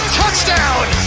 touchdown